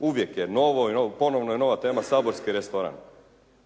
uvijek je novo i ponovno je nova tema saborski restoran.